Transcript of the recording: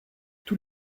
tout